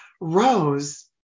Rose